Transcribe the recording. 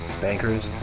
bankers